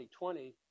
2020